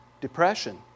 depression